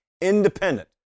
independent